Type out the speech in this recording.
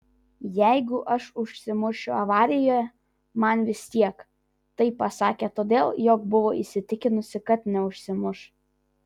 jeigu aš užsimušiu avarijoje man vis tiek tai pasakė todėl jog buvo įsitikinusi kad neužsimuš